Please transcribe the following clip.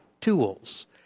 tools